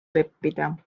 leppida